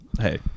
Hey